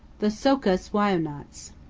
the so'kus wai'unats.